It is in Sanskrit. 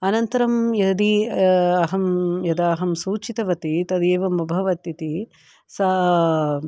अनन्तरं यदि अहं यदा अहं सूचितवती तद् एवम् अभवत् इति सा